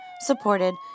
supported